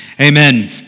Amen